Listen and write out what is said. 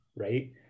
right